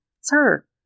Sir